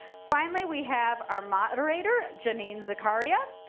finally, we have our moderator, janine zacharia.